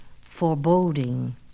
foreboding